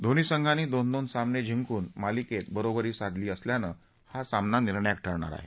दोन्ही संघांनी दोन दोन सामने जिंकून मालिकेत बरोबरी साधली असल्यानं हा सामना निर्णायक ठरणार आहे